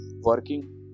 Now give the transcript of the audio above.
working